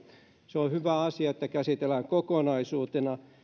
se on hyvä asia että tätä käsitellään kokonaisuutena